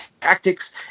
tactics